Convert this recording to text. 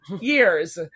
years